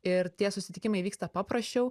ir tie susitikimai vyksta paprasčiau